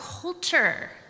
culture